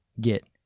get